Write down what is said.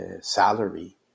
salary